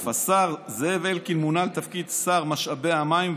השר זאב אלקין מונה לתפקיד שר משאבי המים,